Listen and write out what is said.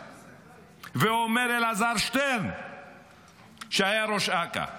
ואומר אלעזר שטרן שהיה ראש אכ"א,